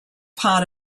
part